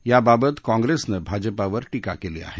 याबाबत काँप्रेसनं भाजपावर टीका केली आहे